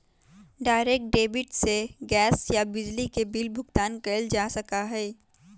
direct debit से gas या बिजली के बिल भुगतान कइल जा हई